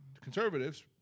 conservatives